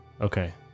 Okay